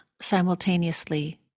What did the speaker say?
simultaneously